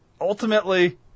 ultimately